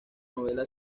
novela